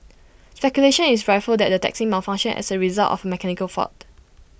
speculation is rife that the taxi malfunctioned as A result of A mechanical fault